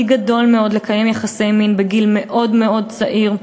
חזק מאוד לקיים יחסי מין בגיל מאוד מאוד צעיר.